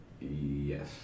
Yes